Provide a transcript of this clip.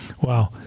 Wow